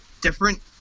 different